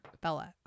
Bella